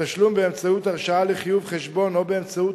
בתשלום באמצעות הרשאה לחיוב חשבון או באמצעות